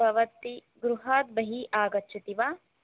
भवती गृहात् बहिः आगच्छति वा